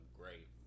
great